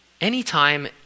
anytime